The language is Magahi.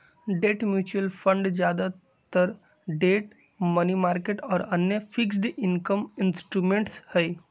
डेट म्यूचुअल फंड ज्यादातर डेट, मनी मार्केट और अन्य फिक्स्ड इनकम इंस्ट्रूमेंट्स हई